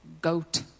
goat